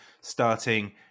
starting